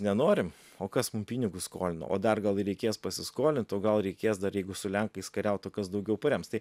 nenorim o kas mum pinigus skolino o dar gal ir reikės pasiskolint o gal reikės dar jeigu su lenkais kariaut o kas daugiau parems tai